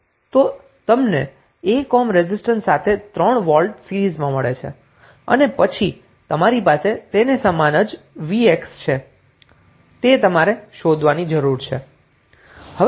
તો તમને 1 ohm resistance સાથે 3 વોલ્ટ સીરીઝમાં મળે છે અને પછી તમારી પાસે સમાન જ vx છે જે તમારે શોધવાની જરૂરી છે